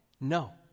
No